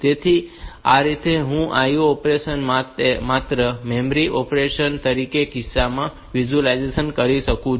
તેથી આ રીતે હું આ IO ઑપરેશન ને માત્ર મેમરી ઑપરેશન તરીકે તે કિસ્સામાં વિઝ્યુઅલાઈઝ કરી શકું છું